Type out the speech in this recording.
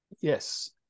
Yes